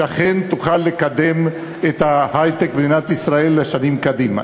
שאכן יוכל לקדם את ההיי-טק במדינת ישראל לשנים קדימה.